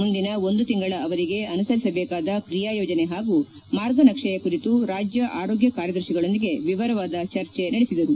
ಮುಂದಿನ ಒಂದು ತಿಂಗಳ ಅವಧಿಗೆ ಅನುಸರಿಸಬೇಕಾದ ಕ್ರಿಯಾಯೋಜನೆ ಹಾಗೂ ಮಾರ್ಗನಕ್ಷೆಯ ಕುರಿತು ರಾಜ್ಯ ಆರೋಗ್ಯ ಕಾರ್ಯದರ್ಶಿಗಳೊಂದಿಗೆ ವಿವರವಾದ ಚರ್ಚೆ ನಡೆಸಿದರು